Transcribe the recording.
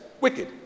wicked